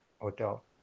hotel